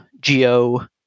geo